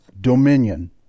dominion